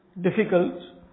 difficult